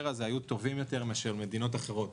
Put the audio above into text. הזה היו טובים יותר מאשר מדינות אחרות.